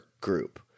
group